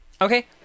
Okay